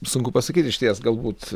sunku pasakyti išties galbūt